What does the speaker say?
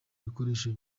ibikoresho